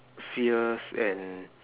fierce and